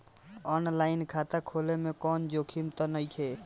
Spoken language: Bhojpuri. आन लाइन खाता खोले में कौनो जोखिम त नइखे?